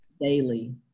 Daily